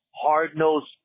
hard-nosed